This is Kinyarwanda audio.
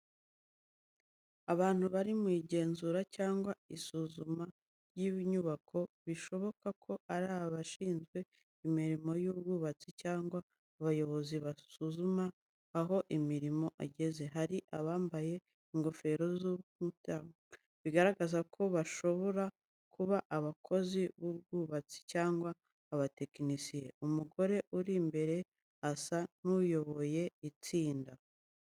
Abantu bari mu igenzura cyangwa isuzuma ry’inyubako, bishoboka ko ari abashinzwe imirimo y’ubwubatsi cyangwa abayobozi basuzuma aho imirimo igeze. Hari abambaye ingofero z’umutekano bigaragaza ko bashobora kuba abakozi b’ubwubatsi cyangwa abatekinisiye. Umugore uri imbere asa n’uyoboye itsinda.